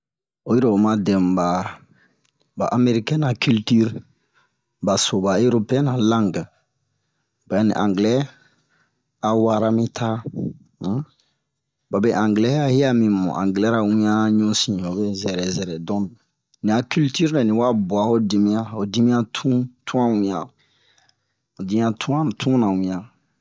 Oyi ro oma dɛmu ba ba amerikɛn na kiltir ba so ba eropeyɛn na lange bu'ɛ ani anglɛ a wara mi ta um babe anglɛ a he'a mimu anglɛra wian ɲusin hobe zɛrɛ zɛrɛ ni a kiltir nɛ ni wa bu'a ho dimiyan ho dimiyan tun tu'an wian je'an tu'an mi tuna wian